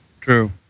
True